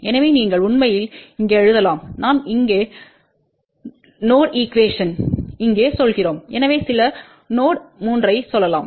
எனவே நீங்கள் உண்மையில் இங்கே எழுதலாம் நாம் இங்கே நோடு ஈகுவேஷன்ட்டை இங்கே சொல்கிறோம் எனவே சில நோடு 3 ஐ சொல்லலாம்